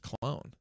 clone